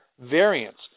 variants